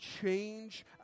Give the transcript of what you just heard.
change